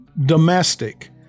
Domestic